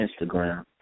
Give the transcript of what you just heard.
Instagram